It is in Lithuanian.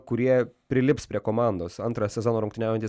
kurie prilips prie komandos antrą sezoną rungtyniaujantis